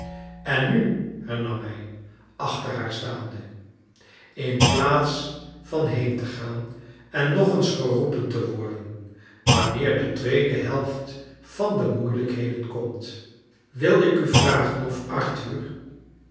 en nu hernam hij achter haar staande in plaats van heen te gaan en nog eens geroepen te worden wanneer de tweede heli't van de moeilijkheden komt wil ik u vragen of arthur